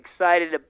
excited